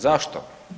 Zašto?